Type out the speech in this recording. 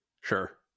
Sure